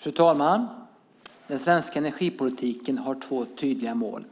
Fru talman! Den svenska energipolitiken har två tydliga mål.